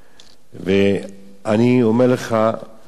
אני אומר לך שאני לא סתם